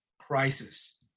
crisis